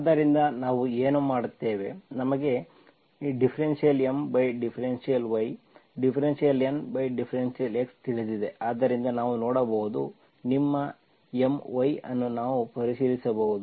ಆದ್ದರಿಂದ ನಾವು ಏನು ಮಾಡುತ್ತೇವೆ ನಮಗೆ ∂M∂y ∂N∂x ತಿಳಿದಿದೆ ಆದ್ದರಿಂದ ನಾವು ನೋಡಬಹುದು ನಿಮ್ಮ MY ಅನ್ನು ನಾವು ಪರಿಶೀಲಿಸಬಹುದು